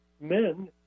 men